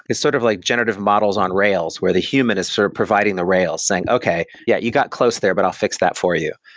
it's sort of like generative models on rails where the human is providing the rails saying, okay. yeah, you got close there, but i'll fix that for you.